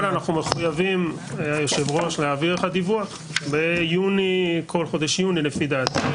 קודם כל אנחנו מחויבים להעביר אליך דיווח בכל חודש יוני לפי דעתי.